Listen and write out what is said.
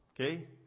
Okay